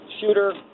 shooter